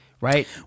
right